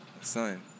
son